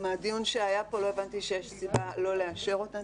מהדיון שהיה פה לא הבנתי שיש סיבה לא לאשר את כל הדברים האלה,